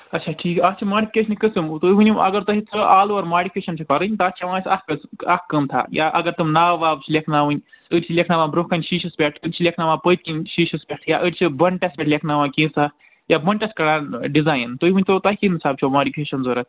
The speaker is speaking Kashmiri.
اَچھا ٹھیٖک اَتھ چھِ ماڈفِکیٚشنہٕ قٕسم تُہۍ ؤنِو اگر تۄہہِ آل اَووَر ماڈِفِکیٚشن چھِ کَرٕنۍ تَتھ چھِ ہٮ۪وان أسۍ اَکھ اَکھ قۭمتھا یا اگر تِم ناو واو چھِ لٮ۪کھناوٕنۍ أڑۍ چھِ لٮ۪کھناوان برٛونٛہہ کَنہِ شیٖشس پٮ۪ٹھ یِم چھِ لٮ۪کھناوان پٔتۍکِنۍ شیٖشس پٮ۪ٹھ یا أڑۍ چھِ بۄنٛٹس پٮ۪ٹھ لٮ۪کھناوان کینٛژھا یا بۄنٛٹس کَران ڈِزاین تُہۍ ؤنۍتو تۄہہِ کَمہِ حِساب چھَو ماڈفِکیٚشن ضروٗرت